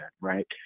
right